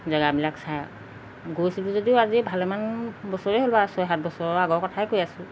জেগাবিলাক চাই গৈছিলোঁ যদিও আজি ভালেমান বছৰেই হ'ল বাৰু ছয় সাত বছৰৰ আগৰ কথাই কৈ আছোঁ